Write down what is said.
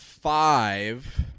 Five